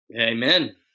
Amen